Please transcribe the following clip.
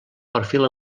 perfil